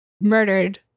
murdered